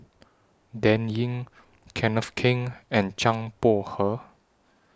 Dan Ying Kenneth Keng and Zhang Bohe